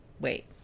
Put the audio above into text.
Wait